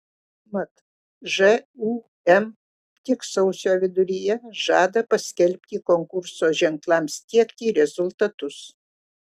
mat žūm tik sausio viduryje žada paskelbti konkurso ženklams tiekti rezultatus